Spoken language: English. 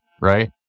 right